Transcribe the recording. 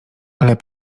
ale